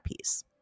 piece